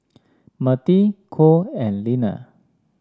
Mirtie Cole and Leaner